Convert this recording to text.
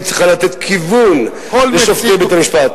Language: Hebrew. היא צריכה לתת כיוון לשופטי בית-המשפט,